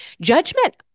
Judgment